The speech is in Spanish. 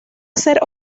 hacer